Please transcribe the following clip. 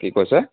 কি কৈছে